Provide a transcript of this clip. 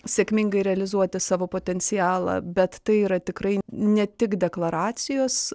sėkmingai realizuoti savo potencialą bet tai yra tikrai ne tik deklaracijos